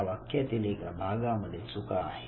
या वाक्यातील एका भागामध्ये चुका आहेत